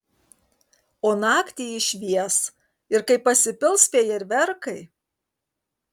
o naktį jis švies ir kai pasipils fejerverkai